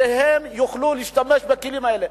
שיוכלו להשתמש בכלים האלה.